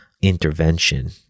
intervention